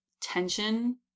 tension